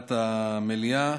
להצבעת המליאה,